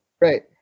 Right